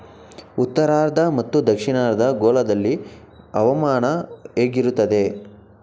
ಉತ್ತರಾರ್ಧ ಮತ್ತು ದಕ್ಷಿಣಾರ್ಧ ಗೋಳದಲ್ಲಿ ಹವಾಮಾನ ಹೇಗಿರುತ್ತದೆ?